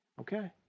Okay